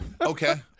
Okay